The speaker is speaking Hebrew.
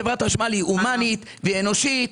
חברת החשמל היא הומנית והיא אנושית,